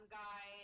guy